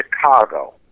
Chicago